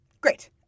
Great